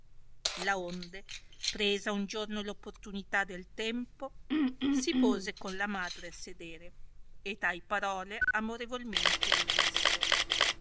errore laonde presa un giorno r opportunità del tempo si pose con la madre a sedere e tai parole amorevolmente le disse